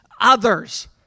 others